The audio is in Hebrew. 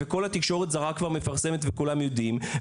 וכל התקשורת הזרה מפרסמת וכולם יודעים,